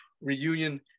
Reunion